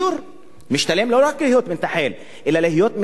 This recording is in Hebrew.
משתלם לא רק להיות מתנחל, אלא להיות מתנחל עבריין.